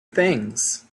things